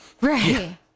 Right